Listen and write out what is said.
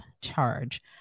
charge